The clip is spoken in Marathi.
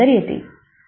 जे नंतर येते